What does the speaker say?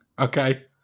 Okay